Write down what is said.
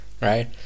Right